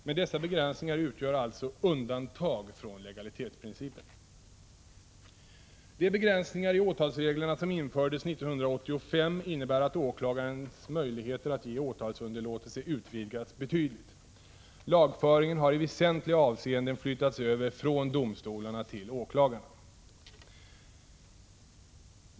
Men dessa begränsningar utgör alltså undantag från legalitetsprincipen. De begränsningar i åtalsreglerna som infördes 1985 innebär att åklagarens möjligheter att ge åtalsunderlåtelse utvidgats betydligt. Lagföringen har i väsentliga avseenden flyttats över från domstolarna till åklagarna.